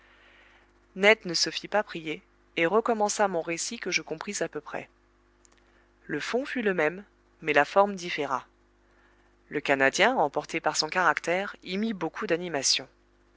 ned ne se fit pas prier et recommença mon récit que je compris à peu près le fond fut le même mais la forme différa le canadien emporté par son caractère y mit beaucoup d'animation